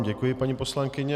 Děkuji vám, paní poslankyně.